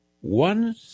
one